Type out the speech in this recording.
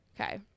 okay